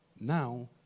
now